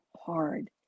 hard